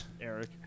Eric